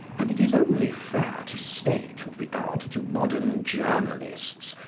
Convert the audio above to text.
and it is only fair to state, with regard to modern journalists,